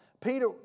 Peter